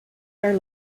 are